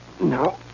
No